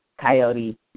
coyote